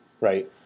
right